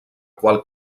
qual